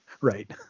Right